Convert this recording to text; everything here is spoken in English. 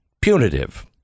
Punitive